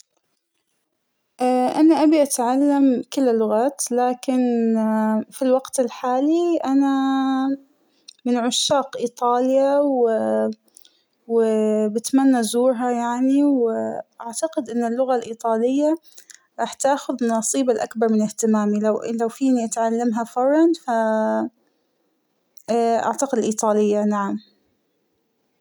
اا أنا أبى أتعلم كل اللغات ، لكن اا فى الوقت الحالى أنااا من عشاق إيطاليا ، وااا وااا بتمنى أزورها يعنى ، وااا أعتقد أن اللغة الإيطالية راح تاخد النصيب الأكبر من أهتمامى ، لو ان لو فينى أتعلمها فوراً ، أعتقد الإيطالية نعم.